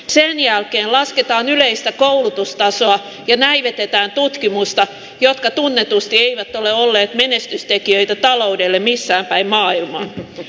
sen jälkeen lasketaan yleistä koulutustasoa ja näivetetään tutkimusta jotka tunnetusti eivät ole olleet menestystekijöitä taloudelle missään päin maailmaa